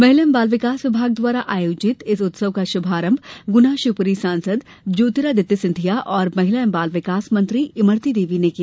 महिला एवं बाल विकास विभाग द्वारा आयोजित इस उत्सव का शुभारंभ गुना शिवपुरी सांसद ज्योतिरादित्य सिंधिया और महिला बाल विकास मंत्री इमरती देवी ने किया